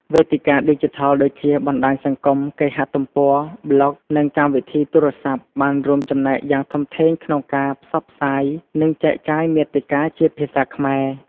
វេទិកាឌីជីថលដូចជា បណ្ដាញសង្គម គេហទំព័រ ប្លុក និងកម្មវិធីទូរស័ព្ទ បានរួមចំណែកយ៉ាងធំធេងក្នុងការផ្សព្វផ្សាយ និងចែកចាយមាតិកាជាភាសាខ្មែរ។